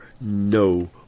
no